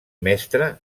mestre